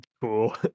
Cool